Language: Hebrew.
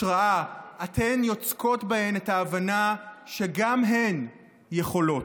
השראה, אתן יוצקות בהן את ההבנה שגם הן יכולות.